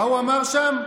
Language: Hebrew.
מה הוא אמר שם?